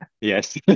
Yes